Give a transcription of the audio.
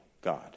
God